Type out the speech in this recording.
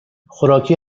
خوراکی